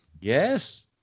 Yes